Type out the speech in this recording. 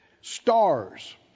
stars